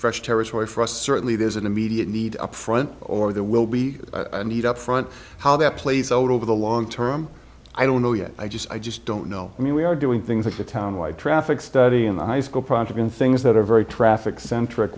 fresh territory for us certainly there's an immediate need up front or there will be a need up front how that plays out over the long term i don't know yet i just i just don't know i mean we are doing things like a town wide traffic study in the high school project things that are very traffic centric